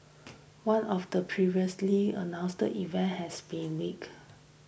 one of the previously announced events has been tweaked